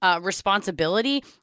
Responsibility